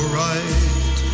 right